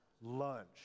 lunch